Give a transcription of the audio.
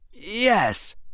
Yes